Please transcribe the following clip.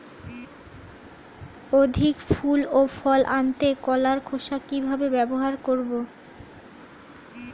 অধিক ফুল ও ফল আনতে কলার খোসা কিভাবে ব্যবহার করব?